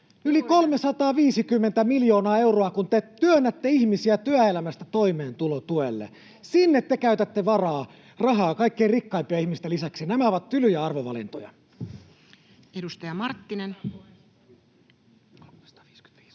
yli 350 miljoonaa euroa, kun te työnnätte ihmisiä työelämästä toimeentulotuelle. Sinne te käytätte rahaa kaikkein rikkaimpien ihmisten lisäksi. Nämä ovat tylyjä arvovalintoja. [Speech